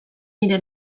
nire